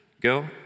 Go